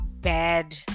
bad